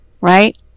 right